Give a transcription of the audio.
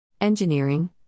Engineering